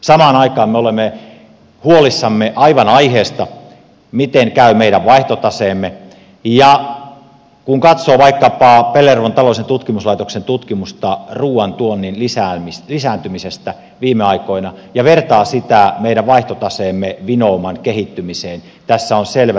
samaan aikaan me olemme huolissamme aivan aiheesta miten käy meidän vaihtotaseemme ja kun katsoo vaikkapa pellervon taloudellisen tutkimuslaitoksen tutkimusta ruuan tuonnin lisääntymisestä viime aikoina ja vertaa sitä meidän vaihtotaseemme vinouman kehittymiseen tässä on selvät yhtäläisyysmerkit